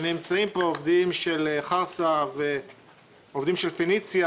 נמצאים פה עובדים של חרסה ושל פניציה